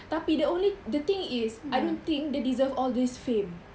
tapi the only the thing is I don't think dia deserve all this fame